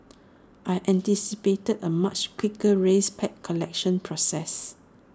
I anticipated A much quicker race pack collection process